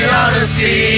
honesty